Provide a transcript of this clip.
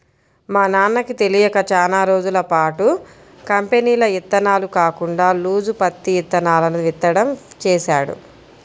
మా నాన్నకి తెలియక చానా రోజులపాటు కంపెనీల ఇత్తనాలు కాకుండా లూజు పత్తి ఇత్తనాలను విత్తడం చేశాడు